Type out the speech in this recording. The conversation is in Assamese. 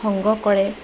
সংগ্ৰহ কৰে